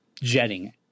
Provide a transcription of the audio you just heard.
jetting